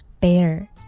bear